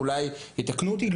ואולי יתקנו אותי,